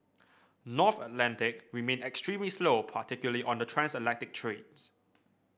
North Atlantic remained extremely slow particularly on the transatlantic trades